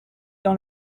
dans